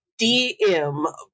DM